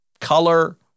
Color